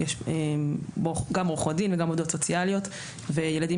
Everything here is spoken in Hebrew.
גם עו"ד וגם עובדות סוציאליות וילדים